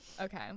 Okay